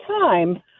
time